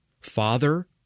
Father